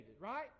right